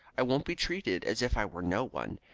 i won't be treated as if i were no one.